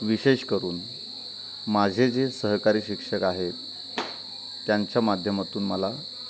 विशेष करून माझे जे सहकारी शिक्षक आहेत त्यांच्या माध्यमातून मला